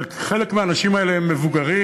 חלק מהאנשים האלה מבוגרים.